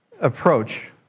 approach